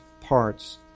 parts